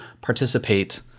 participate